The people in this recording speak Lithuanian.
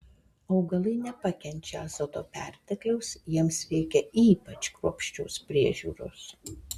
augalai nepakenčia azoto pertekliaus jiems reikia ypač kruopščios priežiūros